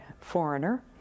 foreigner